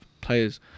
players